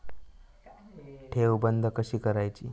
ठेव बंद कशी करायची?